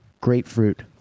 grapefruit